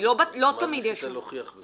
מה ניסית להוכיח בזה?